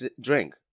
drink